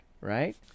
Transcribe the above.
Right